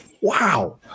Wow